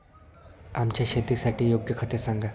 आमच्या शेतासाठी योग्य खते सांगा